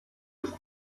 ist